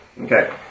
Okay